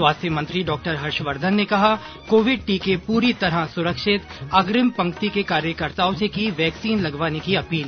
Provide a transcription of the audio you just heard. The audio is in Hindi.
स्वास्थ्य मंत्री डॉ हर्षवर्धन ने कहा कोविड टीके पूरी तरह सुरक्षित अग्रिम पंक्ति के कार्यकर्ताओं से की वैक्सीन लगवाने की अपील